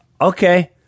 Okay